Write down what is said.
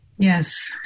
Yes